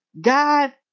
God